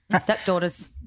stepdaughters